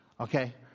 Okay